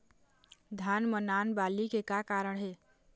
धान म नान बाली के का कारण हे?